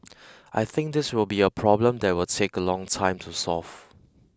I think this will be a problem that will take a long time to solve